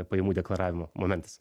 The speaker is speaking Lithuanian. pajamų deklaravimo momentas